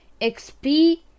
XP